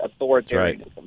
authoritarianism